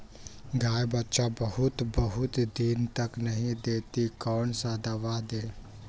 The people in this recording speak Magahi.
गाय बच्चा बहुत बहुत दिन तक नहीं देती कौन सा दवा दे?